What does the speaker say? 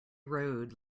road